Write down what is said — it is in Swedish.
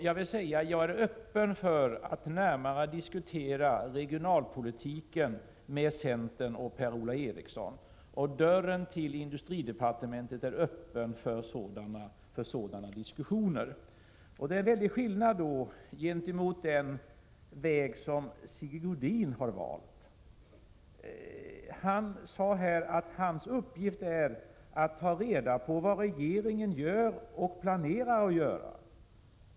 Jag är öppen för att närmare diskutera regionalpolitiken med centern och Per-Ola Eriksson, och dörren till industridepartementet står öppen för den som vill föra sådana diskussioner. Det är en stor skillnad mellan denna väg och den väg som Sigge Godin har valt. Han sade att hans uppgift är att ta reda på vad regeringen gör och planerar att göra.